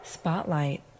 Spotlight